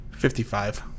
55